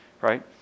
Right